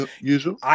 usual